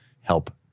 help